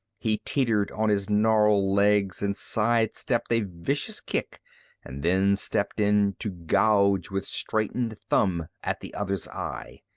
he teetered on his gnarled legs and side-stepped a vicious kick and then stepped in to gouge with straightened thumb at the other's eye.